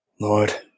Lord